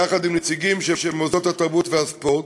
יחד עם נציגים של מוסדות התרבות והספורט.